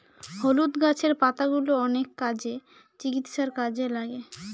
হলুদ গাছের পাতাগুলো অনেক কাজে, চিকিৎসার কাজে লাগে